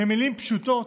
במילים פשוטות,